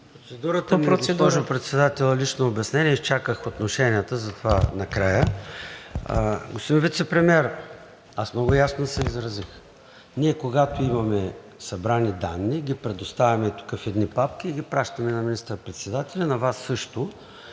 Процедурата ми, госпожо Председател, е лично обяснение – изчаках отношенията, затова накрая. Господин Вицепремиер, аз много ясно се изразих: ние когато имаме събрани данни, ги предоставяме тук в едни папки и ги пращаме на министър-председателя, на Вас също.